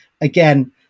again